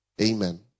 amen